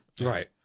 Right